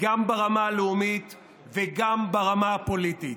גם ברמה הלאומית וגם ברמה הפוליטית.